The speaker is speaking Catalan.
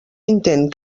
intent